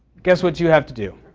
guess what you have to do?